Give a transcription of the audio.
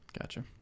Gotcha